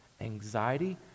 anxiety